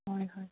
ꯍꯣꯏ ꯍꯣꯏ